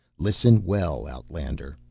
listen well, outlander,